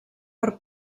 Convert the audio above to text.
per